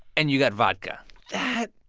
and you got vodka that